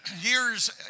Years